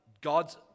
God's